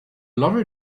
lorry